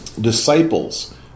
disciples